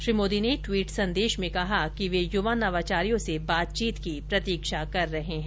श्री मोदी ने ट्वीट संदेश में कहा कि वे युवा नवाचारियों से बातचीत की प्रतीक्षा कर रहे हैं